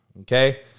Okay